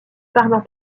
parlant